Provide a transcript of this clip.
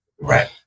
Right